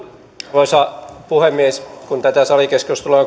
arvoisa puhemies kun tätä salikeskustelua on